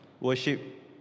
worship